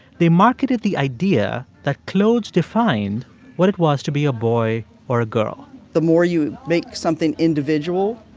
they marketed the idea that clothes defined what it was to be a boy or a girl the more you make something individual,